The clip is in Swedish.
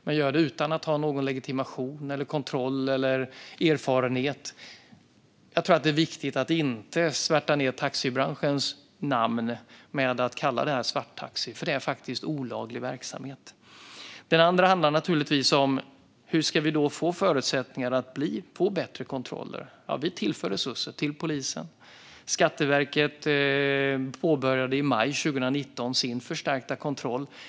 Man gör det utan att ha någon legitimation, kontroll eller erfarenhet. Jag tror att det är viktigt att inte svärta ned taxibranschens namn genom att kalla det här för "svarttaxi", för det är faktiskt olaglig verksamhet. Det andra handlar naturligtvis om hur vi ska få förutsättningar för bättre kontroller. Där tillför vi resurser till polisen, och Skatteverket påbörjade i maj 2019 sin förstärkta kontroll.